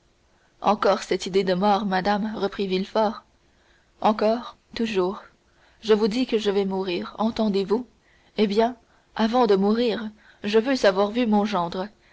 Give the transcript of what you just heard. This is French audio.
encore cette idée de mort madame reprit villefort encore toujours je vous dis que je vais mourir entendez-vous eh bien avant de mourir je veux avoir vu mon gendre